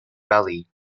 valley